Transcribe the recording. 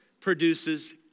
produces